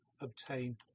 obtain